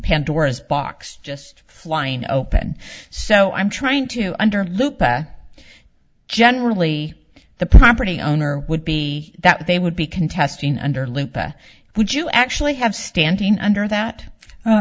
pandora's box just flying open so i'm trying to under look generally the property owner would be that they would be contesting under lupa would you actually have standing under that